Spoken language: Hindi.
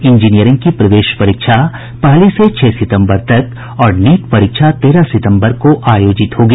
इंजीनियरिंग की प्रवेश परीक्षा पहली से छह सितंबर तक और नीट परीक्षा तेरह सितंबर को आयोजित होंगी